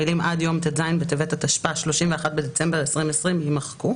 המילים "עד יום ט"ז בטבת התשפ"א (31 בדצמבר 2020)" יימחקו.